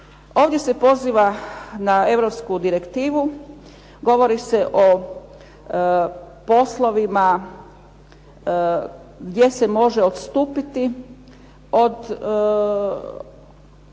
Ovdje se poziva na Europsku direktivu, govori se o poslovima gdje se može odstupiti od osiguravanja